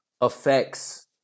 affects